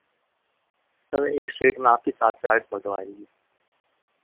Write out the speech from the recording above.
sir एक sheet में आपकी सात से आठ फ़ोटो आएगी